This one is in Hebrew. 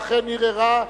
ואכן ערערה,